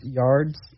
yards